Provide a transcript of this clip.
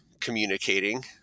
communicating